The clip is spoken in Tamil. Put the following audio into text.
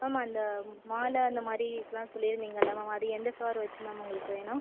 மேம் அந்த மாலை அந்த மாதிரிலாம் சொல்லிருந்தீங்கல்ல மேம் அது எந்த ஃப்ளார் வச்சு மேம் உங்களுக்கு வேணும்